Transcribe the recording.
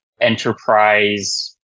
enterprise